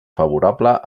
favorable